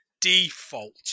default